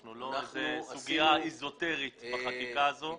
אנחנו לא סוגיה אזוטרית בחקיקה הזאת.